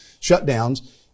shutdowns